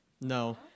No